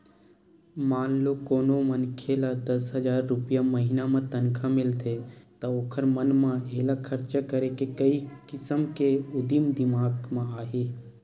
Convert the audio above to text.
मान लो कोनो मनखे ल दस हजार रूपिया महिना म तनखा मिलथे त ओखर मन म एला खरचा करे के कइ किसम के उदिम दिमाक म आही